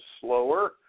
slower